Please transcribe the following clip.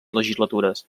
legislatures